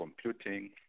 computing